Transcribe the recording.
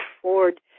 afford